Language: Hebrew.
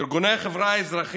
ארגוני החברה האזרחית,